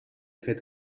fet